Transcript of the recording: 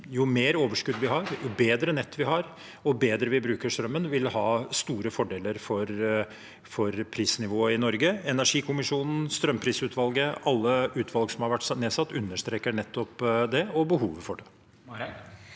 jo mer overskudd vi har, jo bedre nett vi har, og jo bedre vi bruker strømmen, jo større fordeler vil det ha for prisnivået i Norge. Energikommisjonen, strømprisutvalget, alle utvalg som har vært nedsatt, understreker nettopp det og behovet for det.